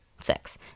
six